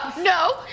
no